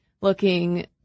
looking